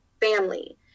family